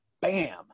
bam